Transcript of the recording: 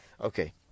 Okay